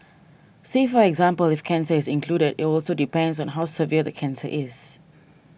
say for example if cancer is included it also depends on how severe the cancer is